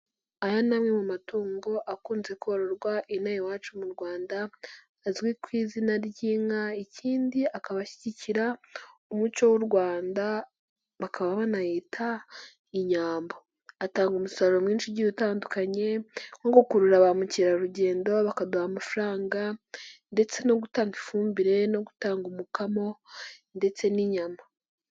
Aya ni amwe mu matungo akunze kororwa ino aha iwacu mu Rwanda azwi ku izina ry'inka ikindi akaba ashyigikira umuco w'u Rwanda bakaba banayita Inyambo, atanga umusaruro mwinshi ugiye utandukanye nko gukurura ba mukerarugendo bakaduha amafaranga ndetse no gutanga ifumbire no gutanga umukamo ndetse n'inyama.